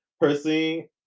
personally